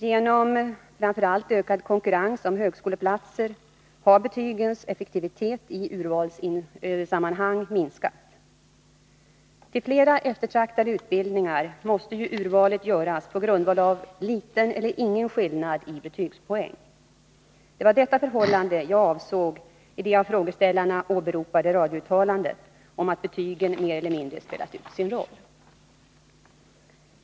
Genom framför allt ökad konkurrens om högskoleplatser har betygens effektivitet i urvalssammanhang minskat. Till flera eftertraktade utbildningar måste ju urvalet göras på grundval av liten eller ingen skillnad i betygspoäng. Det var detta förhållande jag avsåg i det av frågeställarna åberopade radiouttalandet om att betygen mer eller mindre spelat ut sin roll.